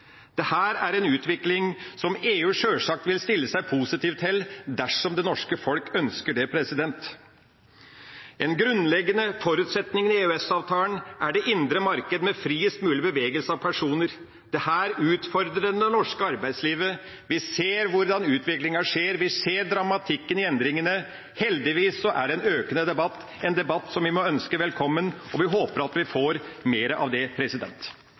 er en utvikling som EU sjølsagt vil stille seg positiv til, dersom det norske folket ønsker det. En grunnleggende forutsetning i EØS-avtalen er det indre markedet, med friest mulig bevegelse av personer. Dette utfordrer det norske arbeidslivet. Vi ser hvordan utviklinga går. Vi ser dramatikken i endringene, men heldigvis er det en økende debatt – en debatt som vi må ønske velkommen, og vi håper vi får mer av det.